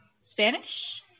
Spanish